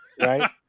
Right